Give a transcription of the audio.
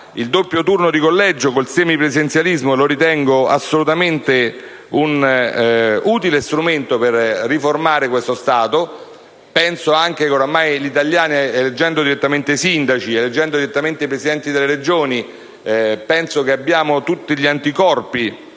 il doppio turno di collegio con il semipresidenzialismo sia assolutamente un utile strumento per riformare questo Stato. Penso anche che, eleggendo ormai gli italiani direttamente i sindaci e i presidenti delle Regioni, abbiamo tutti gli anticorpi